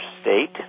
state